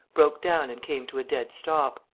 broke down and came to a dead stop.